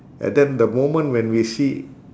and then the moment when we see